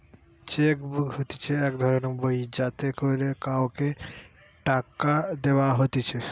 check book হতিছে এক ধরণের বই যাতে করে কাওকে টাকা দেওয়া হতিছে